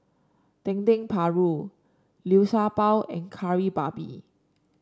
Dendeng Paru Liu Sha Bao and Kari Babi